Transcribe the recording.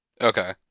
Okay